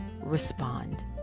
respond